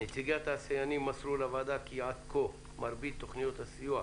נציגי התעשיינים מסרו לוועדה כי עד כה מרבית תוכניות הסיוע